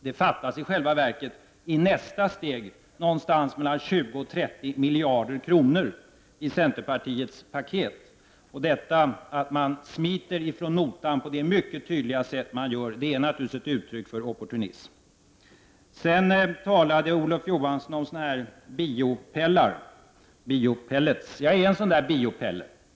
Det fattas i själva verket i nästa steg någonstans mellan 20 och 30 miljarder kronor i centerpartiets paket. Att centern smiter från notan på detta mycket tydliga sätt är naturligtvis ett uttryck för opportunism. Sedan talade Olof Johansson om Biopellar. Jag är en sådan där Biopelle.